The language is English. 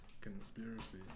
conspiracy